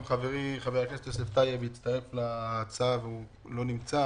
גם חברי חבר הכנסת יוסף טייב הצטרף להצעה לסדר אך הוא לא נמצא